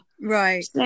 Right